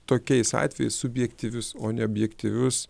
tokiais atvejais subjektyvius o neobjektyvius